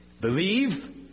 Believe